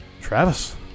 travis